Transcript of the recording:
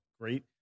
great